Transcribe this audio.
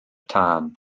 tân